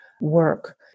work